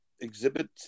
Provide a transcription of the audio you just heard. exhibit